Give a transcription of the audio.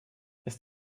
ist